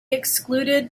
excluded